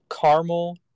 caramel